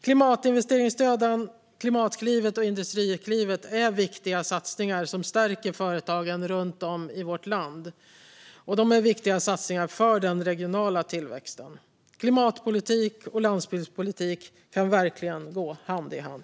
Klimatinvesteringsstöden Klimatklivet och Industriklivet är viktiga satsningar som stärker företagen runt om i vårt land. Det är viktiga satsningar för den regionala tillväxten. Klimatpolitik och landsbygdspolitik kan verkligen gå hand i hand.